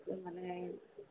એ મને